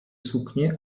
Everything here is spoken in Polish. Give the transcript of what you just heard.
suknie